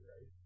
right